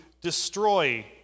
destroy